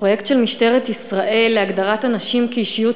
פרויקט של משטרת ישראל להגדרת הנשים כאישיות